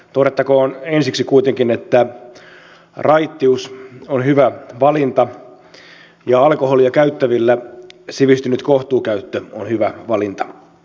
todettakoon ensiksi kuitenkin että raittius on hyvä valinta ja alkoholia käyttävillä sivistynyt kohtuukäyttö on hyvä valinta